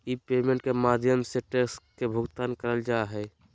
ई payment के माध्यम से टैक्स के भुगतान करल जा हय